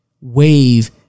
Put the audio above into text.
wave